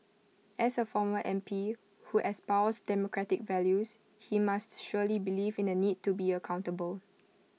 as A former M P who espoused democratic values he must surely believe in the need to be accountable